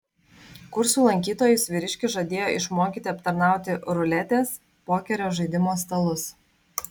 kursų lankytojus vyriškis žadėjo išmokyti aptarnauti ruletės pokerio žaidimo stalus